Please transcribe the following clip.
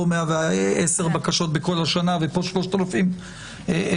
פה 110 בקשות בכל השנה ופה 3,700 בקשות